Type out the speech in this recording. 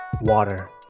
water